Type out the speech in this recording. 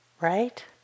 Right